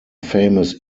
famous